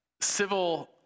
civil